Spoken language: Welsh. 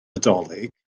nadolig